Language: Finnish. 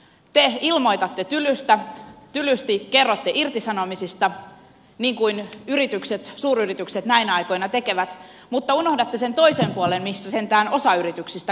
te ilmoitatte tylysti kerrotte irtisanomisista niin kuin suuryritykset näinä aikoina tekevät mutta unohdatte sen toisen puolen missä sentään osa yrityksistä kunnostautuu